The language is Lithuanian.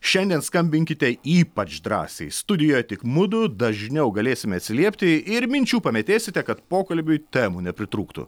šiandien skambinkite ypač drąsiai studijoje tik mudu dažniau galėsime atsiliepti ir minčių pamėtėsite kad pokalbiui temų nepritrūktų